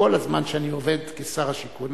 כל הזמן שאני עובד כשר השיכון,